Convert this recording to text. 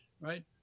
right